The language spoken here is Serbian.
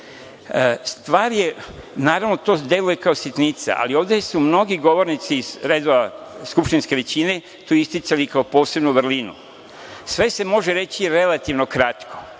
naravno, to deluje kao sitnica, ali ovde su mnogi govornici iz redova skupštinske većine to isticali kao posebnu vrlinu. Sve se može reći relativno kratko.